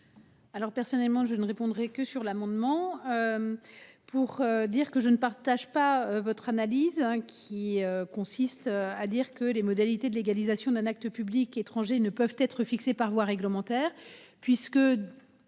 Alors personnellement je ne répondrai que sur l'amendement. Pour dire que je ne partage pas votre analyse qui consiste à dire que les modalités de légalisation d'un acte public étranger ne peuvent être fixé par voie réglementaire puisque.